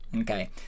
okay